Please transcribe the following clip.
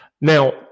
Now